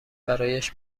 برایش